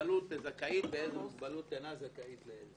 מוגבלות זכאית ואיזה מוגבלות אינה זכאית.